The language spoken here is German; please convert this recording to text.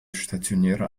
stationäre